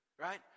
right